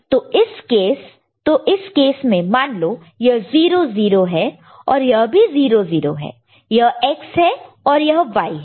तो इस केस मान लो यह 00 है और यह भी 00 है यह X है और यह Y है